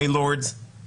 my Lords,